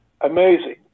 amazing